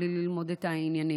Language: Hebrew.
בלי ללמוד את העניינים.